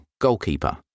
goalkeeper